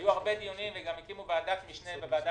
היו הרבה דיונים וגם הקימו ועדת משנה בוועדה